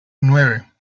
nueve